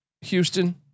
Houston